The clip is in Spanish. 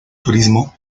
turismo